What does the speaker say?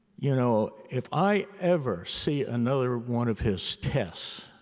you know, if i ever see another one of his tests,